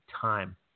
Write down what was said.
time